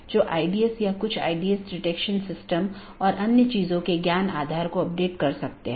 तो इस ईजीपी या बाहरी गेटवे प्रोटोकॉल के लिए लोकप्रिय प्रोटोकॉल सीमा गेटवे प्रोटोकॉल या BGP है